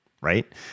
right